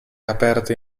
aperto